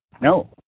No